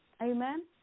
Amen